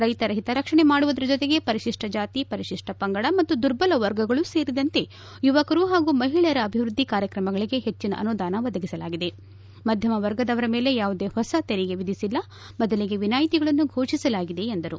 ರೈತರ ಹಿತರಕ್ಷಣೆ ಮಾಡುವುದರ ಜೊತೆಗೆ ಪರಿಶಿಷ್ಷಜಾತಿ ಪರಿಶಿಷ್ಷ ಪಂಗಡ ಮತ್ತು ದುರ್ಬಲ ವರ್ಗಗಳೂ ಸೇರಿದಂತೆ ಯುವಕರು ಹಾಗೂ ಮಹಿಳೆಯರ ಅಭಿವ್ಯದ್ದಿ ಕಾರ್ಯಕ್ರಮಗಳಿಗೆ ಹೆಜ್ಜಿನ ಅನುದಾನ ಒದಗಿಸಲಾಗಿದೆ ಮಧ್ಯಮ ವರ್ಗದವರ ಮೇಲೆ ಯಾವುದೇ ಹೊಸ ತೆರಿಗೆ ವಿಧಿಸಿಲ್ಲ ಬದಲಿಗೆ ವಿನಾಯಿತಿಗಳನ್ನು ಘೋಷಿಸಲಾಗಿದೆ ಎಂದರು